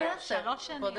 שלוש שנים?